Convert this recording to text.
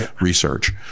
research